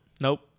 Nope